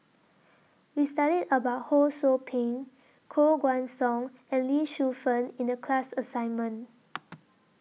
We studied about Ho SOU Ping Koh Guan Song and Lee Shu Fen in The class assignment